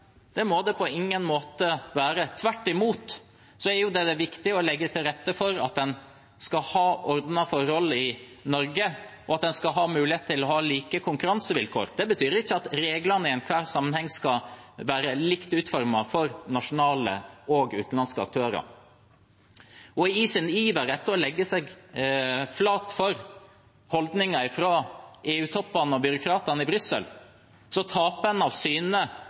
det må det på ingen måte være. Tvert imot er det jo viktig å legge til rette for at en skal ha ordnede forhold i Norge, og at en skal ha mulighet til å ha like konkurransevilkår. Det betyr ikke at reglene i enhver sammenheng skal være likt utformet for nasjonale og utenlandske aktører. I sin iver etter å legge seg flat for holdninger fra EU-toppene og byråkratene i Brussel taper en av